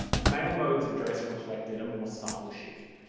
male modes of dress reflected a more subtle shift.